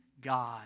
God